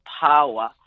power